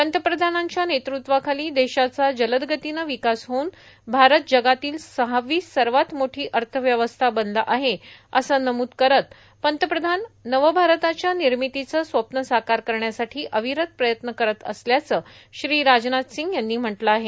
पंतप्रधानांच्या नेतृत्वाखाली देशाचा जलदगतीनं विकास होऊन भारत जगातली सहावी सर्वात मोठी अर्थव्यवस्था बनला आहे असं नमूद करत पंतप्रधान नवभारताच्या निर्मितीचं स्वप्न साकार करण्यासाठी अविरत प्रयत्न करत असल्याचं श्री राजनाथ सिंग यांनी म्हटलं आहे